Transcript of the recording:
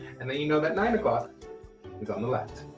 and then you know that nine o'clock is on the left.